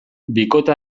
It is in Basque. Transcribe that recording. bikote